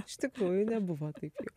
iš tikrųjų nebuvo taip jau